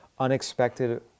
Unexpected